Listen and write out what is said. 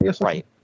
Right